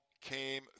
came